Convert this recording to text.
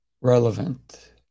relevant